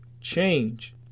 Change